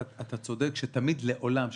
אתה צודק שלעולם,